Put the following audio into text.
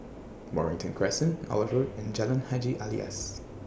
Mornington Crescent Olive Road and Jalan Haji Alias